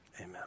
Amen